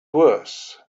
worse